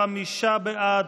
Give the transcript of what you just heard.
חמישה בעד,